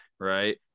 Right